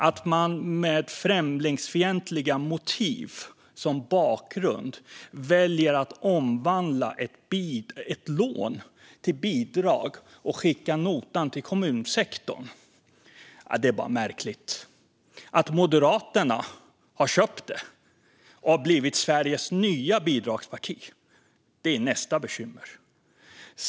Att man med främlingsfientliga motiv som bakgrund väljer att omvandla ett lån till bidrag och skicka notan till kommunsektorn är märkligt. Att Moderaterna har köpt det och har blivit Sveriges nya bidragsparti är nästa bekymmer.